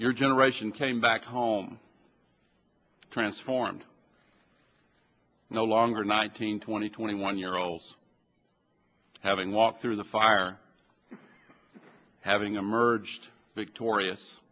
your generation came back home transformed no longer nineteen twenty twenty one year olds having walked through the fire having emerged victorious